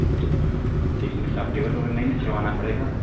ہاں تو تو اس میں سافٹیور ویور نہیں نا چڑھوانا پڑے گا